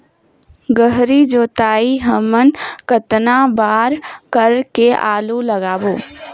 गहरी जोताई हमन कतना बार कर के आलू लगाबो?